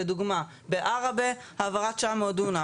לדוגמא, בערבה העברת תשע מאות דונם.